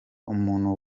umuntu